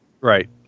Right